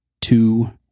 two